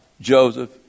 Joseph